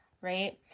right